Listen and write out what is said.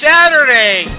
Saturday